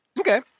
Okay